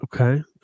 Okay